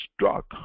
struck